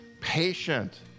patient